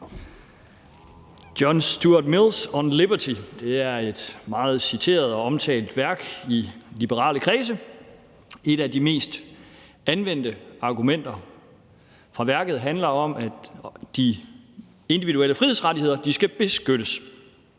John Stuart Mills »On Liberty« er et meget citeret og omtalt værk i liberale kredse. Et af de mest anvendte argumenter fra værket handler om, at de individuelle frihedsrettigheder skal beskyttes.